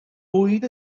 bwyd